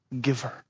giver